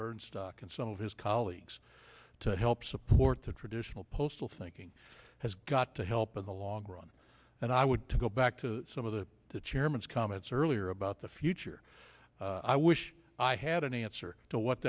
burnstock and some of his colleagues to help support the traditional postal thinking has got to help in the long run and i would to go back to some of the the chairman's comments earlier about the future i wish i had an answer to what